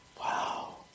wow